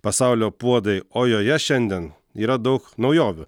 pasaulio puodai o joje šiandien yra daug naujovių